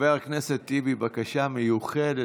חבר הכנסת טיבי בבקשה מיוחדת,